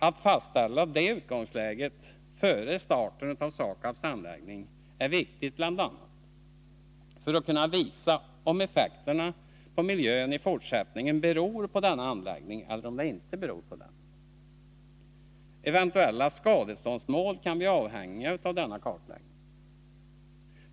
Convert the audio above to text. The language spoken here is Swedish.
Att fastlägga det utgångsläget före starten av SAKAB:s anläggning är viktigt bl.a. för att man skall kunna visa om effekter på miljön i fortsättningen beror på denna anläggning eller ej. Eventuella skadeståndsmål kan bli avhängiga av denna kartläggning.